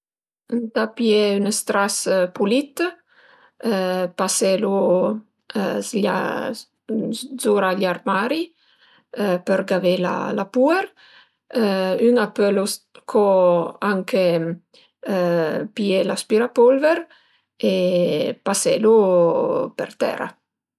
Ëntà pìé ën stras pulit, paselu s'glia d'zura gli armari për gavé la puer, ün pöl co anche pìé l'aspirapulver e paselu per tera